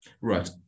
right